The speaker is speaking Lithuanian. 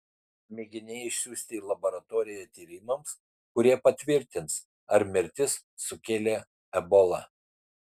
mėginiai išsiųsti į laboratoriją tyrimams kurie patvirtins ar mirtis sukėlė ebola